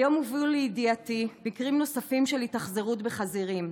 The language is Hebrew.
היום הובאו לידיעתי מקרים נוספים של התאכזרות לחזירים,